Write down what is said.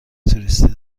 توریستی